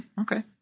Okay